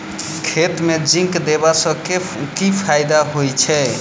खेत मे जिंक देबा सँ केँ फायदा होइ छैय?